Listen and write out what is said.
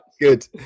Good